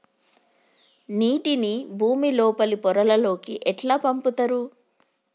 నీటిని భుమి లోపలి పొరలలోకి ఎట్లా పంపుతరు?